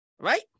Right